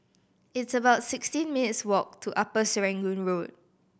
it's about sixteen minutes' walk to Upper Serangoon Road